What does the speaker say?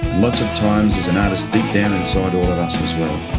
lots of times there's an artist deep down inside all of us as well.